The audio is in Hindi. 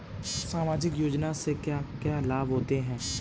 सामाजिक योजना से क्या क्या लाभ होते हैं?